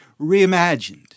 reimagined